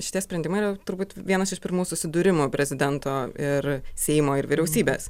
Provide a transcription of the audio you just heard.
šitie sprendimai yra turbūt vienas iš pirmų susidūrimų prezidento ir seimo ir vyriausybės